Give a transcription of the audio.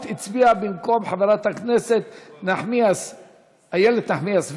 הצביע במקום חברת הכנסת איילת נחמיאס ורבין,